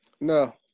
No